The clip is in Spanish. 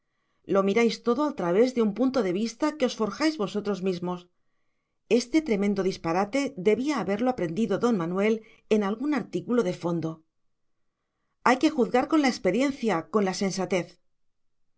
lo miráis todo al través de un punto de vista que os forjáis vosotros mismos este tremendo disparate debía haberlo aprendido don manuel en algún artículo de fondo hay que juzgar con la experiencia con la sensatez